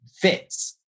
fits